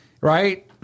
right